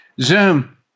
Zoom